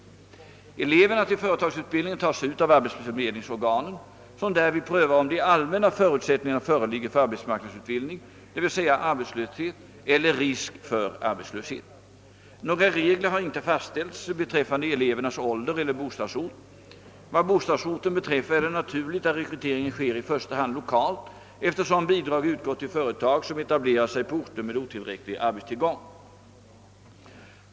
Eleverna till företagsutbildningen tas ut av arbetsförmedlingsorganen, som därvid prövar om de allmänna förutsättningarna föreligger för arbetsmarknadsutbildning, dvs. arbetslöshet eller risk för arbetslöshet. Några regler har inte fastställts beträffande elevernas ålder eller bostadsort. Vad bostadsorten beträffar är det naturligt att rekryteringen sker i första hand lokalt, eftersom bidrag utgår till företag som etablerar sig på orter med otillräcklig arbetstillgång.